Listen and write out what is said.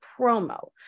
promo